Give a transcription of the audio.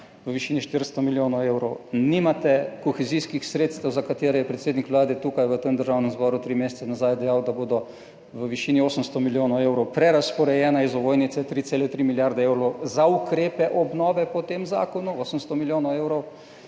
v višini 400 milijonov evrov, nimate kohezijskih sredstev, za katere je predsednik Vlade tukaj v Državnem zboru tri mesece nazaj dejal, da bodo v višini 800 milijonov evrov prerazporejena iz ovojnice 3,3 milijarde evrov za ukrepe obnove po tem zakonu, 800 milijonov evrov,